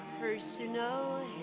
personal